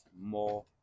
more